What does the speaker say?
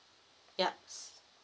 yup